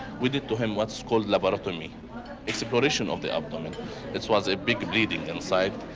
we did to him. what's called laparotomy acceleration of the abdomen it was a big bleeding inside,